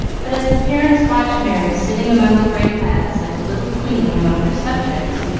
but as the parents watched merry sitting among the great lads like a little queen among her subjects,